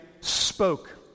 spoke